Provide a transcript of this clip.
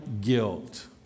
guilt